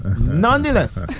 nonetheless